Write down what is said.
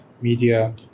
media